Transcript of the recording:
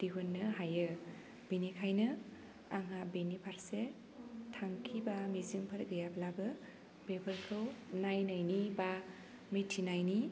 दिहुननो हायो बेनिखायनो आंहा बेनि फारसे थांखि बा मिजिंफोर गैयाब्लाबो बेफोरखौ नायनायनि बा मिथिनायनि